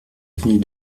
avenue